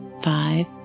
five